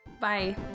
Bye